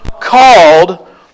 called